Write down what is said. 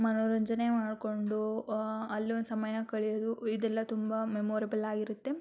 ಮನೋರಂಜನೆ ಮಾಡಿಕೊಂಡು ಅಲ್ಲೊಂದು ಸಮಯ ಕಳೆಯೋದು ಇದೆಲ್ಲ ತುಂಬ ಮೆಮೊರೇಬಲ್ ಆಗಿರುತ್ತೆ